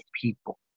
people